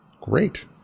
Great